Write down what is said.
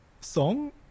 song